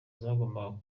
zagombaga